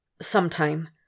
sometime